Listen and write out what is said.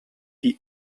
die